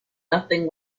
nothing